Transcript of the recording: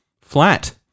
flat